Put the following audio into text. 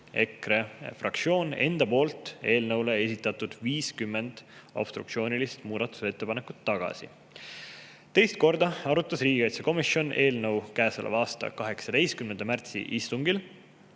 EKRE fraktsioon eelnõule esitatud 50 obstruktsioonilist muudatusettepanekut tagasi. Teist korda arutas riigikaitsekomisjon eelnõu käesoleva aasta 18. märtsi istungil,